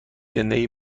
زندگی